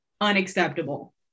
unacceptable